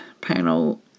panel